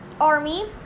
army